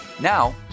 Now